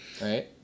Right